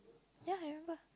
ya I remember